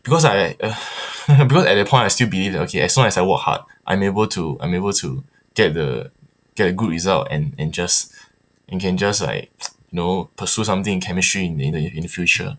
because I because at that point I still believe that okay as long as I work hard I'm able to I'm able to get the get a good result and and just and can just like you know pursue something in chemistry in in the in the future